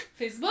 Facebook